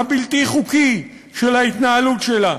הבלתי-חוקי של ההתנהלות שלה,